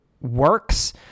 works